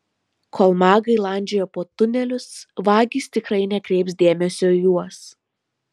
kol magai landžioja po tunelius vagys tikrai nekreips dėmesio į juos